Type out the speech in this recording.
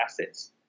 assets